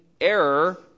error